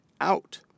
out